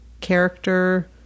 character